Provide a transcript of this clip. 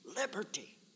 liberty